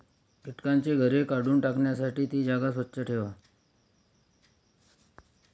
कीटकांची घरे काढून टाकण्यासाठी ती जागा स्वच्छ ठेवा